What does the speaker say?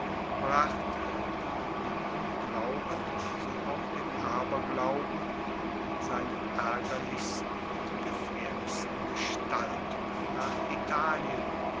brachte wie den unglauben so auch den aberglauben in seinen aergerlichsten und gefaehrlichsten gestaltungen nach italien